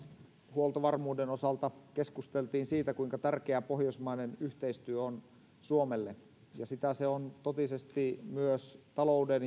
huoltovarmuuden osalta keskusteltiin siitä kuinka tärkeää pohjoismainen yhteistyö on suomelle ja sitä se on totisesti myös talouden